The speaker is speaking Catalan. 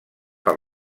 per